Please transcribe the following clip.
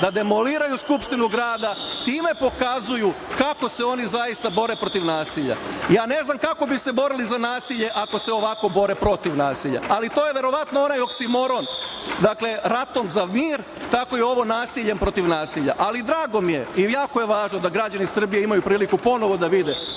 da demoliraju Skupštinu grada. Time pokazuju kako se oni zaista bore protiv nasilja. Ne znam kako bi se borili za nasilje ako se ovako bore protiv nasilja, ali to je verovatno onaj oksimoron – ratom za mir, tako i ovo nasiljem protiv nasilja. Ali, drago mi je i jako je važno da građani Srbije imaju priliku ponovo da vide